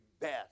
best